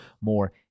more